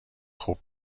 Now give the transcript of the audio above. خوب